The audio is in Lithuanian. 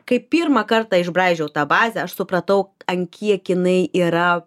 kai pirmą kartą išbraižiau tą bazę aš supratau an kiek jinai yra